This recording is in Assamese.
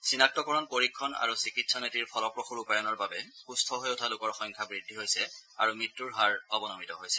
চিনাক্তকৰণ পৰীক্ষণ আৰু চিকিৎসা নীতিৰ ফলপ্ৰসূ ৰূপায়ণৰ বাবে সুম্থ হৈ উঠা লোকৰ সংখ্যা বৃদ্ধি হৈছে আৰু মৃত্যুৰ হাৰ অৱনমিত হৈছে